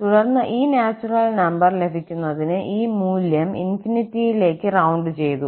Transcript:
തുടർന്ന് ഈ natural number ലഭിക്കുന്നതിന് ഈ മൂല്യം ∞ ലേക്ക് റൌണ്ട് ചെയ്തു